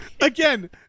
Again